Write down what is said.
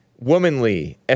womanly